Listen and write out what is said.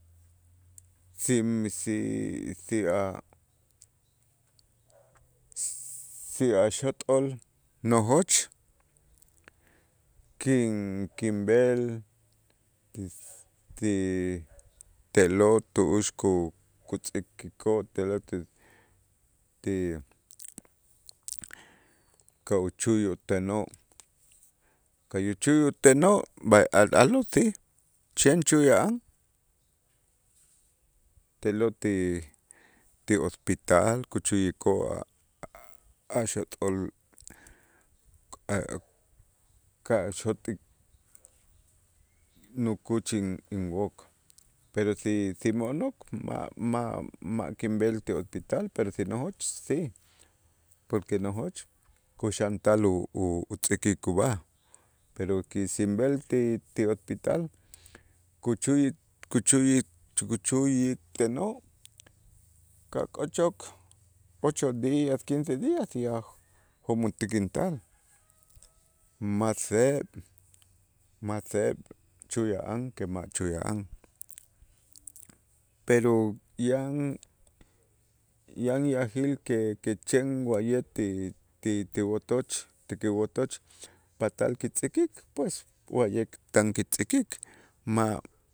si a' si a' xot'ol nojoch kin- kinb'el ti te'lo' tu'ux ku- kutz'äkikoo' te'lo' ti ti ka' uchuy ut'anoo', ka' uchuy ut'anoo' b'ay a'-a'lo' si, chen chuya'an te'lo' ti ti hospital kuchuyikoo' a' a' xot'ol a' kaxot'ik nukuch inwok pero si. si mo'nok ma' ma' ma' kinb'el ti hospital, pero si nojoch si, porque nojoch kuxa'antal u- utz'äkik ub'aj, pero qui si inb'el ti ti hospital kuchuyik kuchuyik kuchuyiktenoo' ka' k'ochok ocho días, quince días ya jo'mo' tikintal, ma' seeb', ma' seeb' chuya'an, que ma' chuya'an, pero yan yan yajil que que chen wa'ye' ti ti ti wotoch tikiwotoch patal kitz'äkik pues, wa'ye' tan kitz'äkik ma'